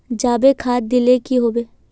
जाबे खाद दिले की होबे?